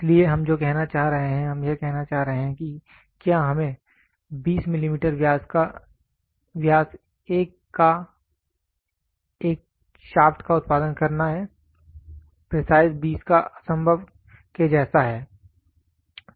इसलिए हम जो कहना चाह रहे हैं हम यह कहना चाह रहे हैं कि क्या हमें 20 मिलीमीटर व्यास एक का एक शाफ्ट का उत्पादन करना है प्रीसाइज 20 का असंभव के जैसा है